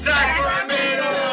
Sacramento